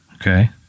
Okay